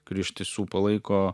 kuri iš tiesų palaiko